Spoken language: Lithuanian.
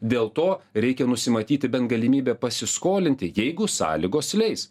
dėl to reikia nusimatyti bent galimybę pasiskolinti jeigu sąlygos leis